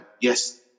yes